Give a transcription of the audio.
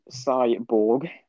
cyborg